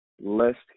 lest